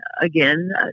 again